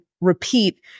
repeat